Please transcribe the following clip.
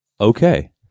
Okay